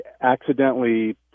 accidentally